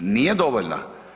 Nije dovoljna?